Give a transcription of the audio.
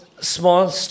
small